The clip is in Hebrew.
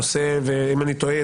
ואם אני טועה,